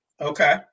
Okay